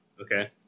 Okay